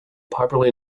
popularly